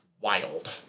wild